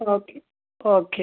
okay okay